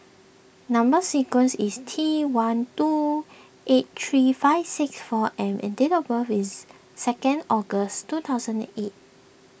Number Sequence is T one two eight three five six four M and date of birth is second August two thousand and eight